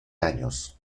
años